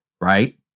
Right